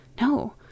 No